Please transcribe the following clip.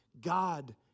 god